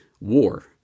war